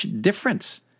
difference